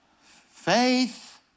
faith